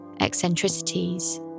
eccentricities